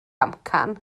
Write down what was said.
amcan